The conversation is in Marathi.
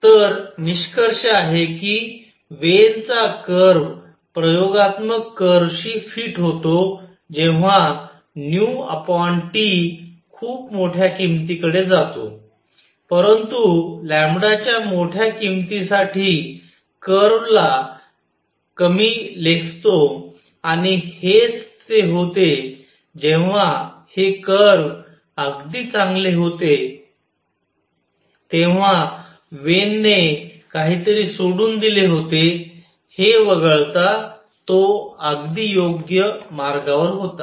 तर निष्कर्ष आहे कि वेन ची कर्व प्रयोगात्मक कर्व शी फिट होतो जेव्हा νT खूप मोठ्या किमतींकडे जातो परंतु च्या मोठ्या किमतींसाठी कर्वला कमी लेखतो आणि हेच ते होते जेव्हा हे कर्व अगदी चांगले होते तेव्हा वेन ने काहीतरी सोडून दिले होते हे वगळता तो अगदी योग्य मार्गावर होता